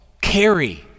carry